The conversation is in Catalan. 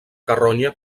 carronya